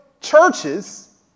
churches